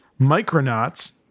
Micronauts